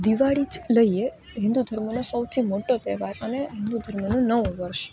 દિવાળી જ લઈએ હિન્દુ ધર્મનો સૌથી મોટો તહેવાર અને હિન્દુ ધર્મનું નવું વર્ષ